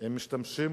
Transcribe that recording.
הם משתמשים